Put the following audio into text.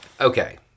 Okay